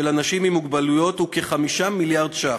אנשים עם מוגבלות הוא כ-5 מיליארד ש"ח.